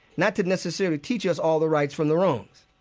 not to necessarily teach us all the rights from the wrongs.